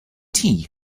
tea